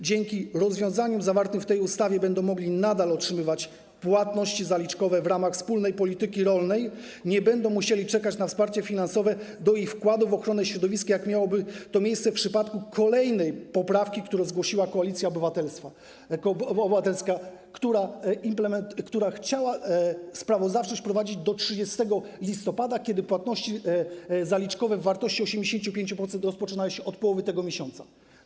Dzięki rozwiązaniom zawartym w tej ustawie będą mogli nadal otrzymywać płatności zaliczkowe w ramach wspólnej polityki rolnej, nie będą musieli czekać na wsparcie finansowe ich wkładu w ochronę środowiska, jak miałoby to miejsce w przypadku kolejnej poprawki, którą zgłosiła Koalicja Obywatelska, która chciała sprawozdawczość prowadzić do 30 listopada, podczas gdy płatności zaliczkowe w wysokości 85% rozpoczynają się od połowy tego miesiąca.